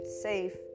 safe